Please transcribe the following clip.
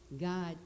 God